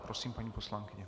Prosím, paní poslankyně.